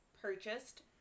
purchased